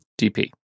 DP